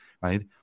right